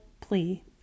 plea